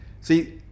See